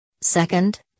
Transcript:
Second